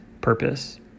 purpose